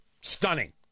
stunning